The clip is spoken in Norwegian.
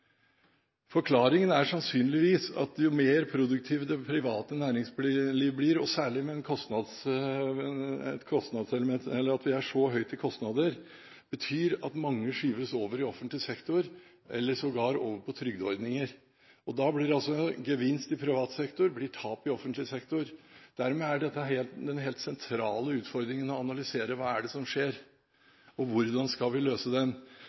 Forklaringen er sannsynligvis at jo mer produktivt det private næringsliv blir – særlig når vi har så høye kostnader – desto flere skyves over i offentlig sektor eller sågar over på trygdeordninger. Da blir gevinst i privat sektor altså til tap i offentlig sektor. Dermed er dette den helt sentrale utfordringen å analysere: Hva er det som skjer, og hvordan skal vi løse